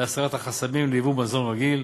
להסרת החסמים לייבוא מזון רגיל,